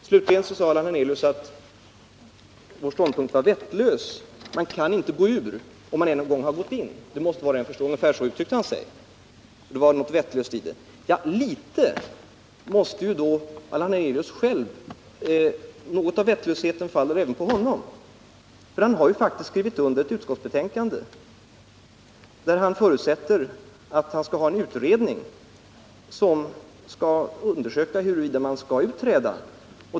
Allan Hernelius sade att vår ståndpunkt är vettlös. Man kan inte gå ur banken, om man en gång har gått in i den. Ungefär så uttryckte han sig. Men något av vettlösheten måste då falla på honom själv. Han har ju faktiskt skrivit under ett utskottsbetänkande, vari han förutsätter att en utredning skall undersöka huruvida man skall utträda.